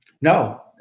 No